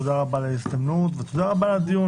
תודה רבה על ההזדמנות ועל הדיון,